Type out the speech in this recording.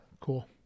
Cool